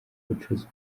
bucuruzi